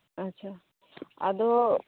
ᱟᱪ ᱪᱷᱟ ᱟᱫᱚ